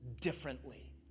differently